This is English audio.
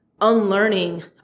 unlearning